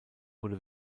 wurde